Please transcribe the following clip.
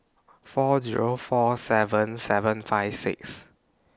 four Zero four seven seven five six